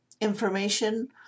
information